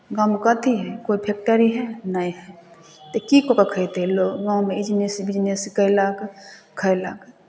गाँवमे कथी हइ कोइ फैक्टरी हइ नहि हइ तऽ की कऽ खयतै लोग गाँवमे इजनेस बिजनेस कयलक खयलक